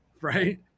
right